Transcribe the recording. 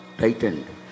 tightened